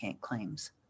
claims